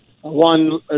one